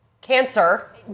cancer